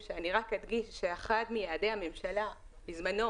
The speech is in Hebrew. אני רק אדגיש שאחד מיעדי הממשלה בזמנו,